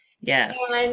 Yes